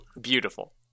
Beautiful